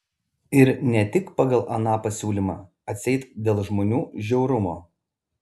ir ne tik pagal aną pasiūlymą atseit dėl žmonių žiaurumo